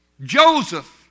Joseph